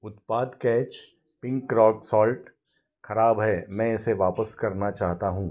उत्पाद Catch pink rock salt खराब है मैं इसे वापस करना चाहता हूँ